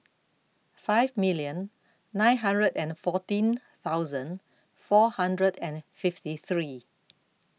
five million nine hundred and fourteen thousand four hundred and fifty three